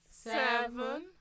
seven